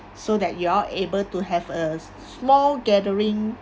so that you all able to have a s~ s~ small gathering